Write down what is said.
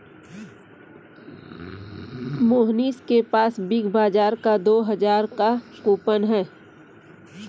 मोहनीश के पास big bazaar का दो हजार का कूपन है